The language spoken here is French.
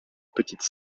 petite